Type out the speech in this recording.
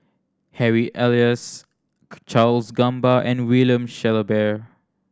Harry Elias Charles Gamba and William Shellabear